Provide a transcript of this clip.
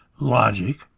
Logic